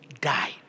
died